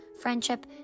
friendship